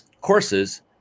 courses